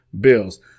bills